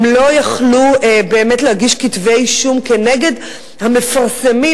הם לא יכלו להגיש כתבי-אישום כנגד המפרסמים,